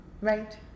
Right